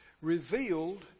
revealed